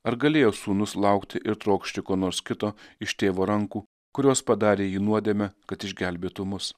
ar galėjo sūnus laukti ir trokšti ko nors kito iš tėvo rankų kurios padarė jį nuodėme kad išgelbėtų mus